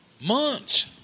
Months